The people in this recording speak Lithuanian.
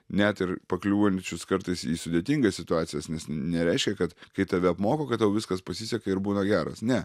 net ir pakliūvančius kartais į sudėtingas situacijas nes nereiškia kad kai tave apmoko kad tau viskas pasiseka ir būna geras ne